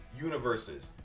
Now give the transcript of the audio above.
universes